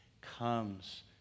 comes